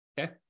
okay